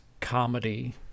comedy